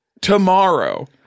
tomorrow